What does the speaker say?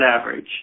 average